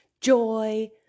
Joy